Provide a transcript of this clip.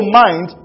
mind